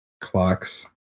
clocks